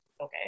okay